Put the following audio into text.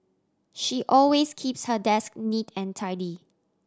she always keeps her desk neat and tidy